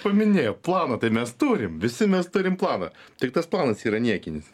paminėjo planą tai mes turim visi mes turim planą tik tas planas yra niekinis